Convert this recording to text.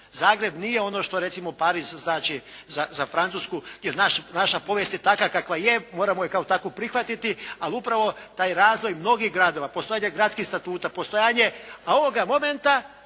Zagreb nije ono što recimo Pariz znači za Francusku jer naša povijest je takva kakva je, moramo je kao takvu prihvatiti. Ali upravo taj razvoj mnogih gradova, postojanje gradskih statuta, a ovoga momenta